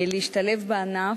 להשתלב בענף,